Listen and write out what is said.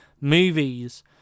movies